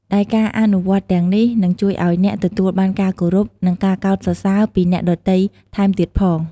ដែលការអនុវត្តន៍ទាំងនេះនឹងជួយឱ្យអ្នកទទួលបានការគោរព និងការកោតសរសើរពីអ្នកដទៃថែមទៀតផង។